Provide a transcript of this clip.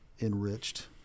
enriched